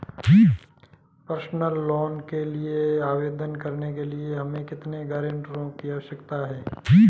Personal loan के लिए आवेदन करने के लिए हमें कितने गारंटरों की आवश्यकता है?